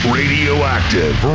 radioactive